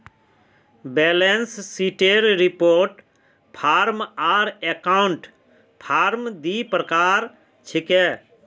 balance शीटेर report form आर account form दी प्रकार छिके